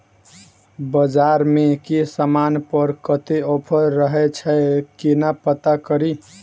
बजार मे केँ समान पर कत्ते ऑफर रहय छै केना पत्ता कड़ी?